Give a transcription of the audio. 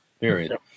Period